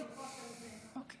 כן, כן.